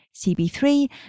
CB3